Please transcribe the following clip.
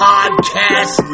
Podcast